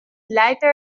leiter